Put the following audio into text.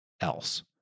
else